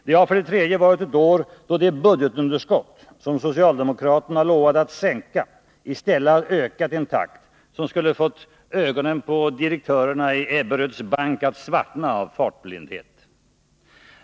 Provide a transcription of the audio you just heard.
Det har varit ett år då det budgetunderskott som socialdemokraterna lovade att sänka i stället har ökat i en takt som skulle fått ögonen på direktörerna i Ebberöds bank att svartna av fartblindhet.